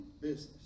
business